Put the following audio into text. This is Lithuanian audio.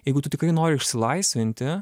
jeigu tu tikrai nori išsilaisvinti